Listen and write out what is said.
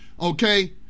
okay